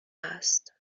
هست